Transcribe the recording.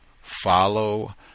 follow